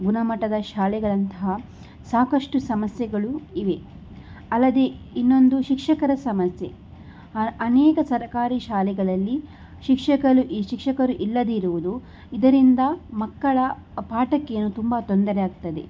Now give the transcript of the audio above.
ಗುಣಮಟ್ಟದ ಶಾಲೆಗಳಂತಹ ಸಾಕಷ್ಟು ಸಮಸ್ಯೆಗಳು ಇವೆ ಅಲ್ಲದೆ ಇನ್ನೊಂದು ಶಿಕ್ಷಕರ ಸಮಸ್ಯೆ ಅನೇಕ ಸರಕಾರಿ ಶಾಲೆಗಳಲ್ಲಿ ಶಿಕ್ಷಕರ್ ಶಿಕ್ಷಕರು ಇಲ್ಲದೆ ಇರುವುದು ಇದರಿಂದ ಮಕ್ಕಳ ಪಾಠಕ್ಕೆ ಏನು ತುಂಬ ತೊಂದರೆ ಆಗ್ತದೆ